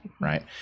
right